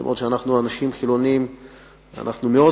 אף-על-פי שאנחנו אנשים חילונים אנחנו מאוד